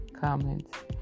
comments